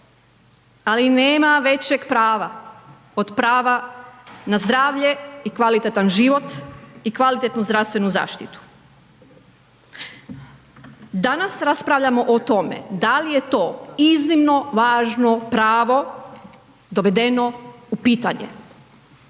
Ali nema većeg prava od prava na zdravlje i kvalitetan život i kvalitetnu zdravstvenu zaštitu. Danas raspravljamo o tome da li je to iznimno važno pravo dovedeno u pitanje.